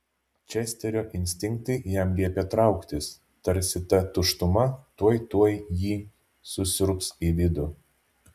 česterio instinktai jam liepė trauktis tarsi ta tuštuma tuoj tuoj jį susiurbs į vidų